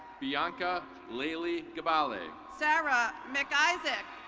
bianca lailee gabale. sara mcisaac.